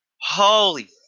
Holy